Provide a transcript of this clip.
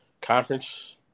conference